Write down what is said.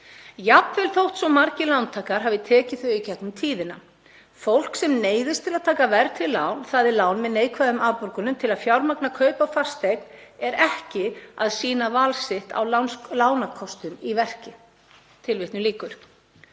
jafnvel þótt svo margir lántakar hafi tekið þau í gegnum tíðina. Fólk sem neyðist til að taka verðtryggð lán, þ.e. lán með neikvæðum afborgunum til að fjármagna kaup á fasteign, er ekki að sýna val sitt á lánakostum í verki.“ Hér ræðir Ólafur